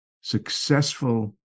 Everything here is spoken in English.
successful